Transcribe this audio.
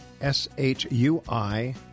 S-H-U-I